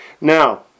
Now